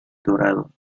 dorados